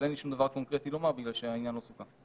אבל אין שום דבר קונקרטי לומר בגלל שהעניין לא סוכם.